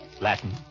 Latin